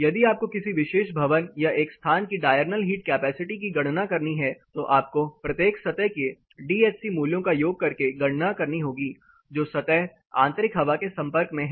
यदि आपको किसी विशेष भवन या एक स्थान की डायरनल हीट कैपेसिटी की गणना करनी है तो आपको प्रत्येक सतह के डीएचसी मूल्यों का योग करके गणना करनी होगी जो सतह आंतरिक हवा के संपर्क में है